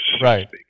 Right